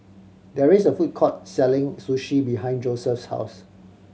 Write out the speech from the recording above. there is a food court selling Sushi behind Joesph's house